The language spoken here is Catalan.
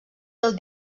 del